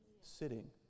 Sitting